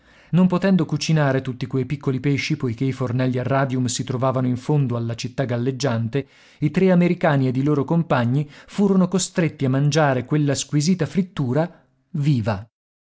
non potendo cucinare tutti quei piccoli pesci poiché i fornelli a radium si trovavano in fondo alla città galleggiante i tre americani ed i loro compagni furono costretti a mangiare quella squisita frittura viva